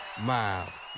Miles